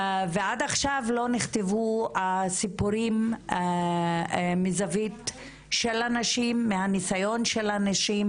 ועד עכשיו לא נכתבו הסיפורים מזווית של הנשים מהנסיון של הנשים